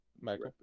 Michael